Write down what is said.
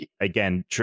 again